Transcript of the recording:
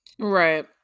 Right